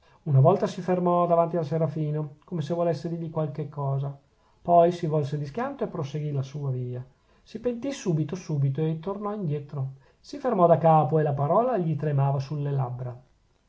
una volta si fermò davanti al serafino come se volesse dirgli qualche cosa poi si volse di schianto e proseguì la sua via si pentì subito subito e tornò indietro si fermò da capo e la parola gli tremava sulle labbra